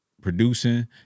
producing